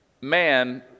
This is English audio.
man